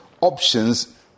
options